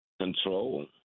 control